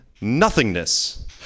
nothingness